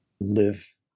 live